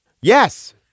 Yes